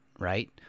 right